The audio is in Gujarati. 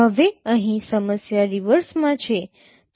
હવે અહીં સમસ્યા રિવર્સમાં છે